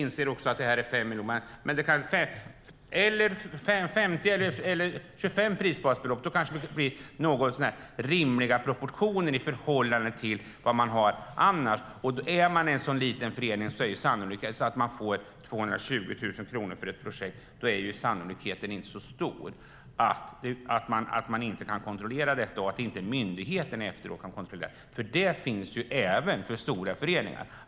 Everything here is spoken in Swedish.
Men om det är 50 eller 25 prisbasbelopp kanske det blir något så när rimliga proportioner i förhållande till den verksamhet man har. Om en liten förening får 220 000 kronor för ett projekt är sannolikheten inte så stor att man inte kan kontrollera detta eller att myndigheten inte kan kontrollera det efteråt. Så är det även för stora föreningar.